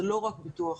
זה לא רק ביטוח.